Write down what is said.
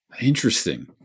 interesting